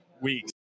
weeks